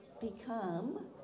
become